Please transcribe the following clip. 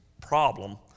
problem